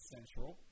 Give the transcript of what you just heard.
Central